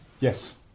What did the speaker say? Yes